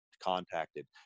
Contacted